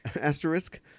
asterisk